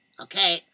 Okay